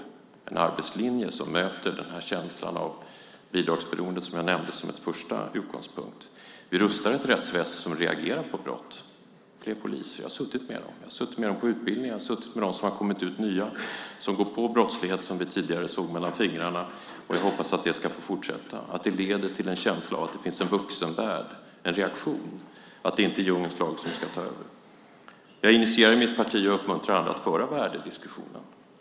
Det är en arbetslinje som möter den känsla av bidragsberoendet, som jag nämnde, som en första utgångspunkt. Vi rustar ett rättsväsen som reagerar på brott - fler poliser. Jag har suttit med dem på utbildningar, och jag har suttit med dem som har kommit ut som nya poliser. De tar tag i brottslighet som vi tidigare såg mellan fingrarna med. Jag hoppas att det ska få fortsätta och att det leder till en känsla av att det finns en vuxenvärld, att det blir en reaktion och att det inte är djungelns lag som ska ta över. Jag initierar värdediskussioner i mitt parti och jag uppmuntrar andra att föra sådana.